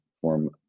form